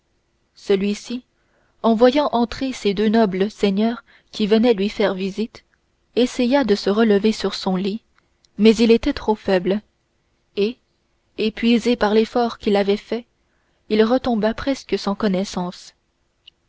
celuici en voyant entrer ces deux nobles seigneurs qui venaient lui faire visite essaya de se relever sur son lit mais il était trop faible et épuisé par l'effort qu'il avait fait il retomba presque sans connaissance